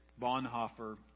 Bonhoeffer